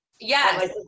Yes